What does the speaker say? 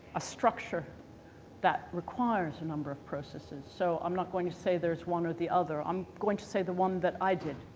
a structure that requires a number of processes so i'm not going to say there's one or the other. i'm going to say the one that i did.